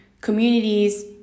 communities